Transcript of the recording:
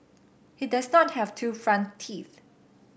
he does not have two front teeth